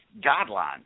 guideline